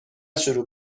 شروع